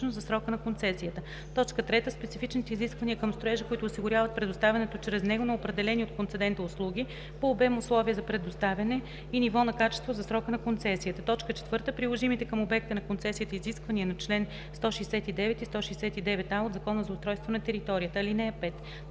3. специфичните изисквания към строежа, които осигуряват предоставянето чрез него на определените от концедента услуги по обем, условия за предоставяне и ниво на качество за срока на концесията; 4. приложимите към обекта на концесията изисквания на чл. 169 и 169а от Закона за устройство на територията. (5)